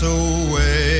away